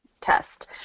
test